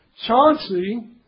Chauncey